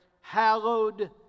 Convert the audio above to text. hallowed